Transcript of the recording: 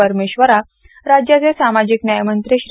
परमेश्वरा राज्याचे सामाजिक न्याय मंत्री श्री